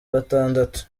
gatandatu